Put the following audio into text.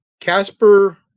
Casper